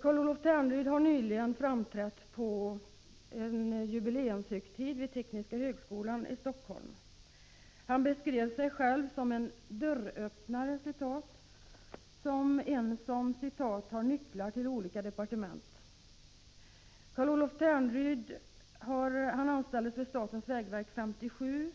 Carl-Olof Ternryd framträdde nyligen på en jubileumshögtid vid Tekniska högskolan i Helsingfors. Han beskrev sig själv som en ”dörröppnare” och som en som ”har nycklar till olika departement”. Carl-Olof Ternryd anställdes vid statens vägverk 1957,